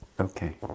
Okay